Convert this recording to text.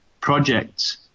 projects